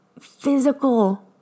physical